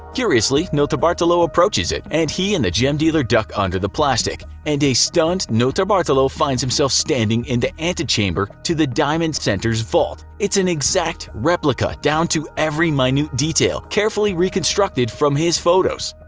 curiously notarbartolo approaches it and he and the gem dealer duck under the plastic and a stunned notarbartolo finds himself standing in the antechamber to the diamond center's vault. it's an exact replica, down to every minute detail, carefully reconstructed from his photos.